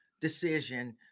decision